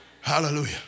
Hallelujah